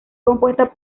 compuesta